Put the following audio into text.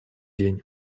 день